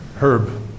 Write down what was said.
Herb